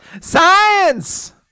Science